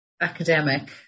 academic